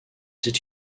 did